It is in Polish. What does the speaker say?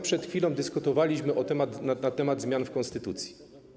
Przed chwilą dyskutowaliśmy na temat zmian w konstytucji.